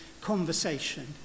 conversation